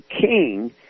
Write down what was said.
king